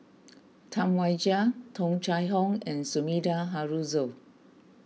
Tam Wai Jia Tung Chye Hong and Sumida Haruzo